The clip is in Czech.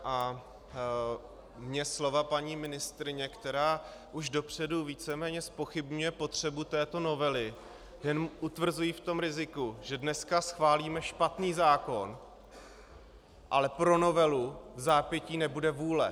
Mě slova paní ministryně, která už dopředu víceméně zpochybňuje potřebu této novely, jenom utvrzují v riziku, že dnes schválíme špatný zákon, ale pro novelu vzápětí nebude vůle.